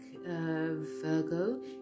Virgo